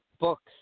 books